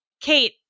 Kate